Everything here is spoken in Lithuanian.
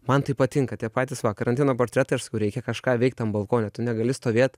man tai patinka tie patys va karantino portretai aš sakau reikia kažką veikt tam balkone tu negali stovėt